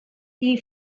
die